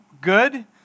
good